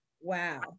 Wow